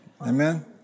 Amen